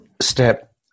step